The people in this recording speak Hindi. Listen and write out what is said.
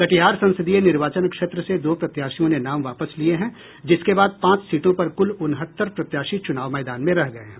कटिहार संसदीय निर्वाचन क्षेत्र से दो प्रत्याशियों ने नाम वापस लिये हैं जिसके बाद पांच सीटों पर कुल उनहत्तर प्रत्याशी चुनाव मैदान में रह गये हैं